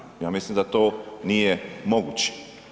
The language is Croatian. Ja mislim da to nije moguće.